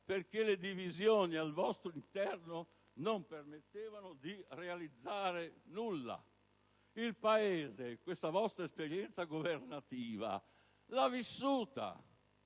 perché le divisioni al vostro interno non permettevano di realizzare nulla. Il Paese questa vostra esperienza governativa l'ha vissuta,